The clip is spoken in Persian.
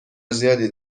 زیادی